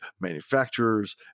manufacturers